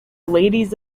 ladies